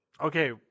okay